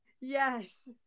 yes